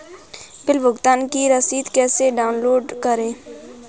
Bill भुगतान की रसीद कैसे डाउनलोड करें?